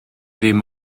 ddim